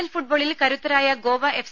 L ഫുട്ബോളിൽ കരുത്തരായ Goa F